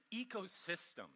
ecosystem